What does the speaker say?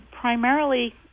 primarily